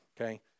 Okay